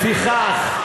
לפיכך,